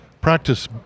practice